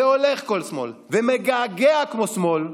הולך כמו שמאל ומגעגע כמו שמאל,